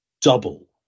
double